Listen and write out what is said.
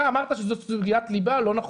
אתה אמרת שזאת סוגיית ליבה אבל לא נכון.